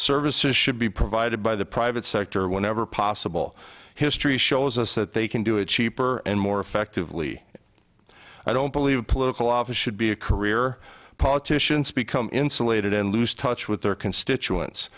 services should be provided by the private sector whenever possible history shows us that they can do it cheaper and more effectively i don't believe political office should be a career politicians become insulated and lose touch with their constituents